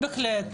בהחלט.